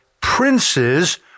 princes